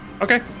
Okay